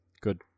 good